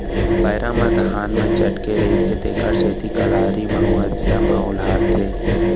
पैरा म धान मन चटके रथें तेकर सेती कलारी म अउ हँसिया म ओलहारथें